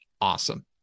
awesome